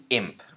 imp